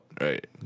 right